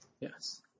Yes